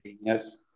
Yes